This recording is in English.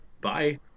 Bye